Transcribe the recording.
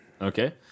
Okay